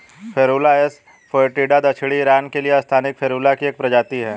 Ferula asa foetida दक्षिणी Iran के लिए स्थानिक फेरुला की एक प्रजाति है